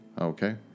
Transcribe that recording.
Okay